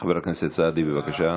חבר הכנסת סעדי, בבקשה.